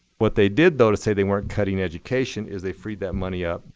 what they did, though, to say they weren't cutting education, is they freed that money up,